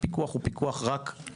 הם פיקוח הוא רק טכני,